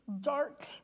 dark